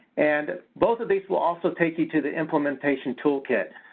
and both of these will also take you to the implementation toolkit.